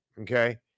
Okay